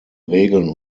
regeln